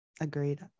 Agreed